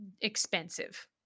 expensive